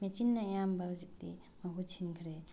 ꯃꯦꯆꯤꯟꯅ ꯑꯌꯥꯝꯕ ꯍꯧꯖꯤꯛꯇꯤ ꯃꯍꯨꯠ ꯁꯤꯟꯈ꯭ꯔꯦ